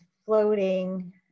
floating